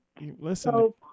Listen